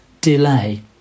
delay